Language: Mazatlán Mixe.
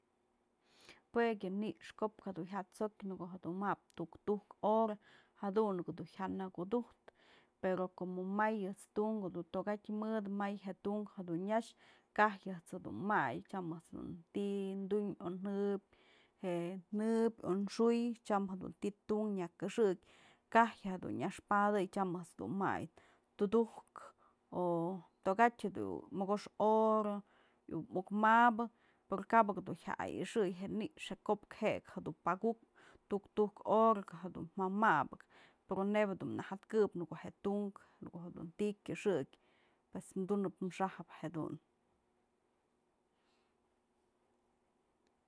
Juek yë ni'ix ko'op jadun jya t'sokyë në ko'o jedun mabë tuktuk hora, jadun nak jya nakudujtë pero como may ëjt's tunkë tokatyë mëdë, may je'e tunk jedun nyax, kajyë ëjt's jedun may tyam ëjt's jedun ti'i dun o jëbyë, je'e jëbyë o xu'uy tyam jedun ti'i tunk nya këxëk kajyë dun nyaxpadëy tyam ëjt's dun may tudujkë o tokatyë jedun mokoxkë horamuk mabë pero kabëk dun jya ayxëy je'e nix je ko'op kë je'ek jedun pakukpë tuktuk hora jadun ja mabë pero neyb dun na jët këp në ko'o je tunk ti'i kyëxëk pues dunëp xajëp jedun.